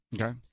Okay